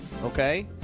Okay